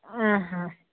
ആ ആ